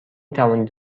توانید